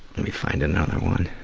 let me find another one.